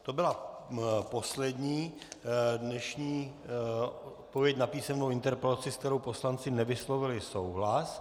To byla poslední dnešní odpověď na písemnou interpelaci, se kterou poslanci nevyslovili souhlas.